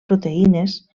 proteïnes